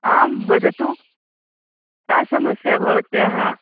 आं वदतु का समस्या भवत्याः